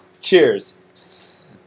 Cheers